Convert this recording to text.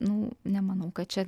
nu nemanau kad čia